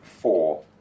four